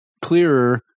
clearer